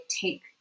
take